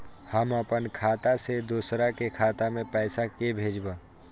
हम अपन खाता से दोसर के खाता मे पैसा के भेजब?